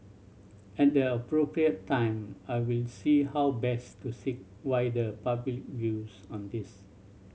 at the appropriate time I will see how best to seek wider public views on this